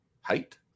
Height